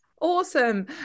Awesome